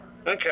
Okay